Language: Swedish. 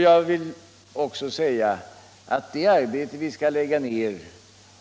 Jag vill också säga att det arbete vi skall lägga ner